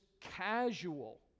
casual